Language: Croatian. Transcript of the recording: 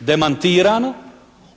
demantirano